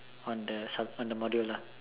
on the sub~ on the module lah